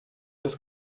des